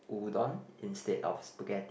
udon instead of spaghetti